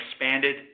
expanded